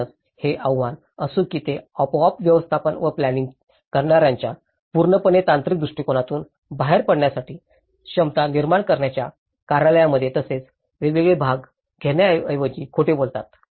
म्हणूनच हे आव्हान असो की ते आपोआप व्यवस्थापन व प्लॅनिंइंग करण्याच्या पूर्णपणे तांत्रिक दृष्टीकोनातून बाहेर पडण्याकरिता क्षमता निर्माण करण्याच्या कार्यालयामध्ये बरेच वेगवेगळे भाग घेण्याऐवजी खोटे बोलतात